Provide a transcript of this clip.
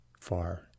far